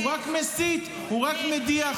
הוא רק מסית, הוא רק מדיח.